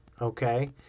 okay